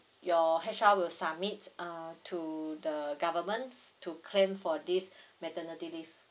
your H_R will submit uh to the government to claim for this maternity leave